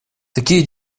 такие